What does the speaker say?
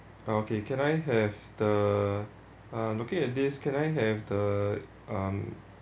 ah okay can I have the uh I'm looking at this can I have the um